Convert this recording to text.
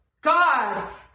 God